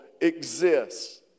exists